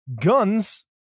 Guns